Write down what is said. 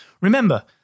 Remember